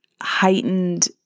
heightened